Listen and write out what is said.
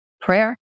prayer